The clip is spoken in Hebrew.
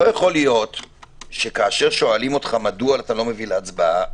לא ייתכן שכאשר שואלים אותך מדוע אתה לא מביא להצבעה,